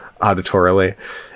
auditorily